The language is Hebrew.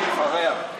אחריה.